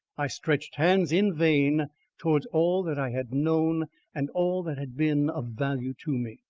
i stretched hands in vain towards all that i had known and all that had been of value to me.